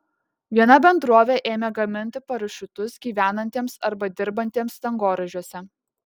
viena bendrovė ėmė gaminti parašiutus gyvenantiems arba dirbantiems dangoraižiuose